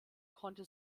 konnte